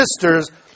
sisters